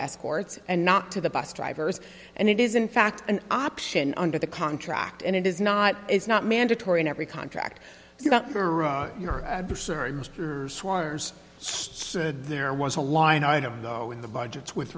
escorts and not to the bus drivers and it is in fact an option under the contract and it is not it's not mandatory in every contract you got your said there was a line item no in the budgets with